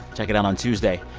check it out on tuesday.